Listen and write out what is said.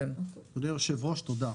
אדוני היושב-ראש, תודה.